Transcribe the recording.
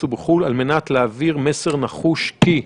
ובחו״ל על מנת להעביר מסר נחוש כי: